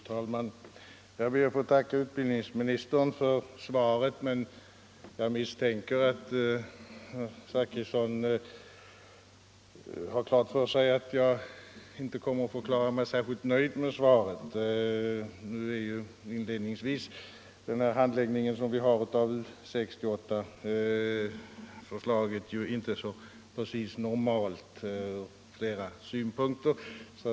Fru talman! Jag ber att få tacka utbildningsministern för svaret. Jag misstänker att herr Zachrisson har klart för sig att jag inte kommer att förklara mig särskilt nöjd med svaret. Till att börja med är den handläggning som sker av U 68-förslaget från flera synpunkter inte normal.